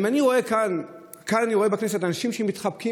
אני רואה כאן בכנסת אנשים שמתחבקים